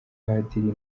ubupadiri